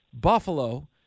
Buffalo